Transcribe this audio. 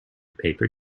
paper